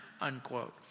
unquote